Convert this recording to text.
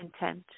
intent